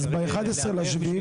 אז ב-11 ביולי,